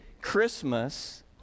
Christmas